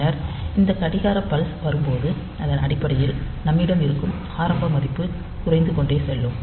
பின்னர் இந்த கடிகார ப்ல்ஸ் வரும்போது அதன் அடிப்படையில் நம்மிடம் இருக்கும் ஆரம்ப மதிப்பு குறைந்து கொண்டே செல்லும்